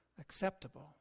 acceptable